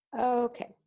okay